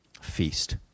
feast